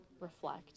reflect